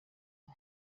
ubu